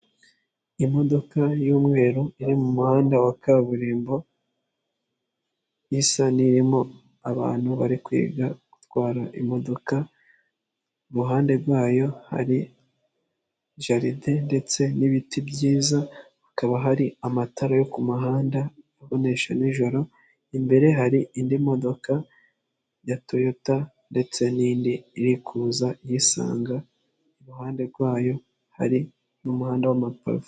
Imodoka y'umweru iri mu muhanda wa kaburimbo isa n'irimo abantu bari kwiga gutwara imodoka. Iruhande rwayo hari jariide ndetse n'ibiti byiza hakaba hari amatara yo ku muhanda abonesha nijoro, imbere hari indi modoka ya toyota ndetse n'indi iri kuza iyisanga, iruhande rwayo hari n'umuhanda w'amapave.